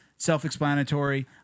Self-explanatory